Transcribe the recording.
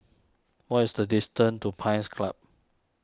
what is the distance to Pines Club